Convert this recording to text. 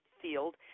field